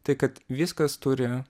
tai kad viskas turi